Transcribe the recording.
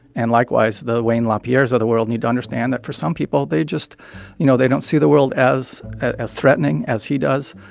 and likewise, the wayne lapierres of the world need to understand that for some people, they just you know, they don't see the world as as threatening as he does.